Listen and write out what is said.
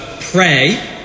pray